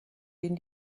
den